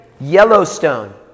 Yellowstone